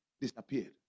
disappeared